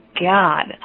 god